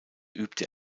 übte